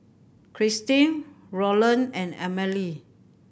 Kristyn Rolland and Amalie